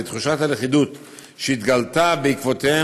ותחושת הלכידות שהתגלתה בעקבותיהם,